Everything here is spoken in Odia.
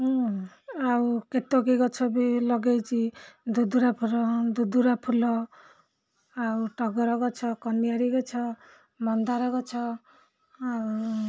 ହୁଁ ଆଉ କେତକି ଗଛ ବି ଲଗେଇଛି ଦୁଦୁରା ଫୁଲ ଦୁଦୁରା ଫୁଲ ଆଉ ଟଗର ଗଛ କନିଅରି ଗଛ ମନ୍ଦାର ଗଛ ଆଉ